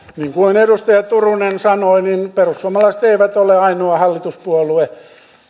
niin kuin edustaja turunen sanoi perussuomalaiset ei ole ainoa hallituspuolue